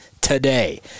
today